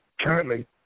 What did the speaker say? Currently